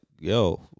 yo